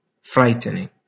frightening